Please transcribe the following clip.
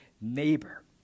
neighbor